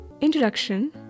Introduction